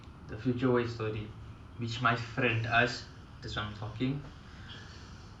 person ah she is just stuck in that place of her own ego her own needs